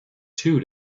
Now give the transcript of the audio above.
two